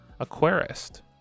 Aquarist